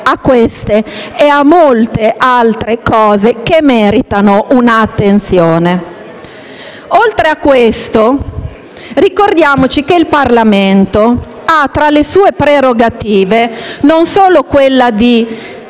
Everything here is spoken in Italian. a queste e a molte altre cose, che meritano un'attenzione. Oltre a questo, ricordiamo che il Parlamento ha tra le sue prerogative non solo quella di